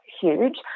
huge